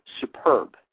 superb